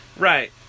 Right